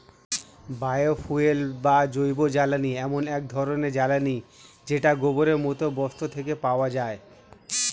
bio fuel বা জৈবজ্বালানী এমন এক ধরণের জ্বালানী যেটা গোবরের মতো বস্তু থেকে পাওয়া যায়